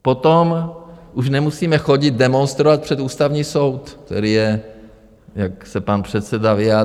Potom už nemusíme chodit demonstrovat před Ústavní soud, který je, jak se pan předseda vyjádřil.